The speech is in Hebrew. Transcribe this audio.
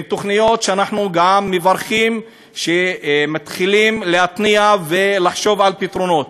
ואנחנו גם מברכים שמתחילים להתניע ולחשוב על פתרונות.